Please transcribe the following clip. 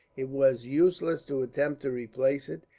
it was useless to attempt to replace it,